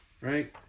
right